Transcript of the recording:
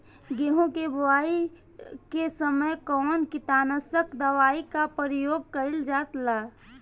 गेहूं के बोआई के समय कवन किटनाशक दवाई का प्रयोग कइल जा ला?